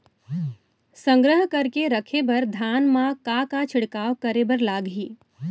संग्रह करके रखे बर धान मा का का छिड़काव करे बर लागही?